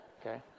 Okay